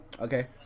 Okay